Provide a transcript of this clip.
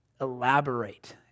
elaborate